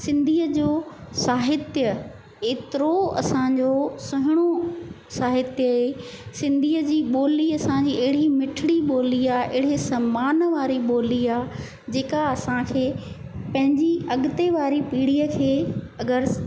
सिंधीअ जो साहित्य एतिरो असांजो सुहिणो साहित्य सिंधीअ जी ॿोली असांखे अहिड़ी मिठड़ी ॿोली आहे एहिड़े सम्मान वारी ॿोली आहे जेका असांखे पंहिंजी अॻिते वारी पीढ़ीअ खे अगरि